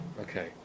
Okay